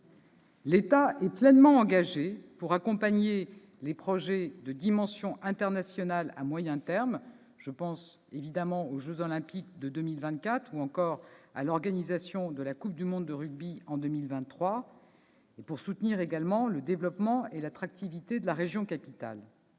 également pleinement engagé pour accompagner des projets de dimension internationale à moyen terme - je pense aux jeux Olympiques de 2024 ou encore à l'organisation de la Coupe du monde de rugby en 2023 -, destinés à soutenir le développement et l'attractivité de la région capitale.